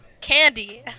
candy